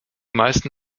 meisten